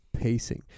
pacing